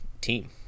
team